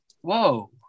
whoa